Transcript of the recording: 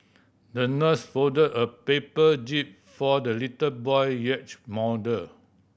the nurse folded a paper jib for the little boy yacht model